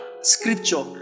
Scripture